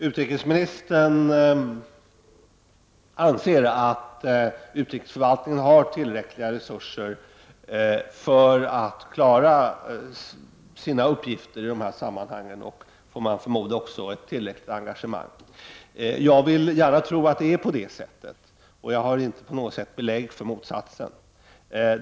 Utrikesministern anser att utrikesförvaltningen har tillräckliga resurser för att klara sina uppgifter i dessa sammanhang och, får man förmoda, också tillräckligt engagemang. Jag vill gärna tro att det är på det sättet och jag har inte på något sätt belägg för motsatsen.